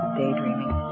daydreaming